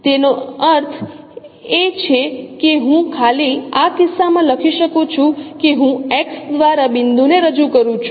તેથી જેનો અર્થ છે કે હું ખાલી આ કિસ્સામાં લખી શકું છું કે હું X દ્વારા બિંદુને રજૂ કરું છું